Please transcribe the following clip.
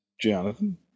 Jonathan